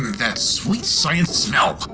that sweet science smell!